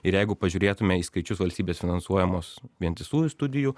ir jeigu pažiūrėtume į skaičius valstybės finansuojamus vientisųjų studijų